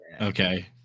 okay